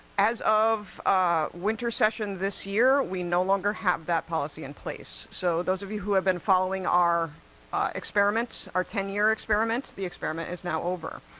as of winter session this year, we no longer have that policy in place so those of you who have been following our experiment, our ten year experiment, the experiment is now over.